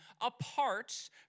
apart